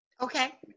Okay